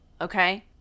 okay